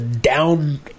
down